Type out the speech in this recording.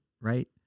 right